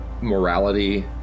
morality